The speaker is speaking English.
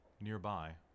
Nearby